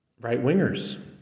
right-wingers